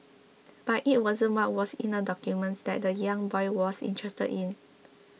but it wasn't what was in the documents that the young boy was interested in